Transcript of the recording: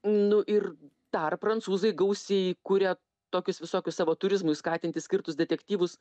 nu ir dar prancūzai gausiai kuria tokius visokius savo turizmui skatinti skirtus detektyvus